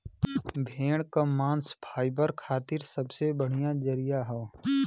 भेड़ क मांस फाइबर खातिर सबसे बढ़िया जरिया हौ